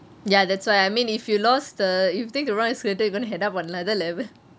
ya that's why I mean if you lost the if you take the wrong escalator you gonna head up on another level